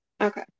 Okay